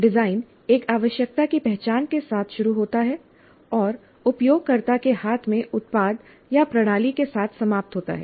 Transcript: design एक आवश्यकता की पहचान के साथ शुरू होता है और उपयोगकर्ता के हाथ में उत्पाद या प्रणाली के साथ समाप्त होता है